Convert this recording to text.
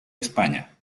españa